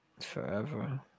forever